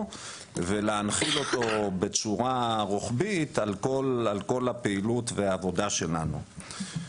ולהנחיל אותו בצורה רוחבית על כל הפעילות והעבודה שלנו.